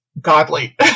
godly